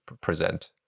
present